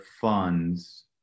funds